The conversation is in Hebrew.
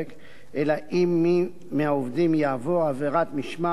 אלא אם מי מהעובדים יעבור עבירת משמעת כעובד,